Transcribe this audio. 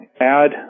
add